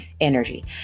energy